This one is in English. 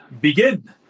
begin